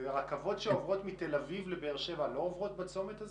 ורכבות שעוברות מתל אביב לבאר שבע לא עוברות בצומת הזו?